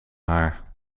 haar